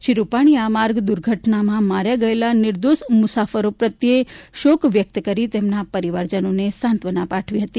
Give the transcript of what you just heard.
શ્રી રૂપાણીએ આ માર્ગ દુર્ઘટનામાં માર્યા ગયેલા નિર્દોષ મુસાફરો પ્રત્યે શોક વ્યકત કરી તેમના પરિવાર જનોને સાંત્વના પાઠવી હતી